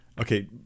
Okay